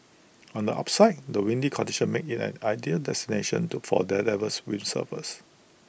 on the upside the windy conditions make IT an ideal destination to for daredevil windsurfers